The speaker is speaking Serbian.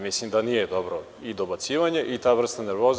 Mislim da nije dobro dobacivanje i ta vrsta nervoze.